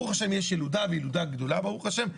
ברוך השם יש ילודה וילודה גדולה ברוך השם.